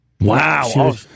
Wow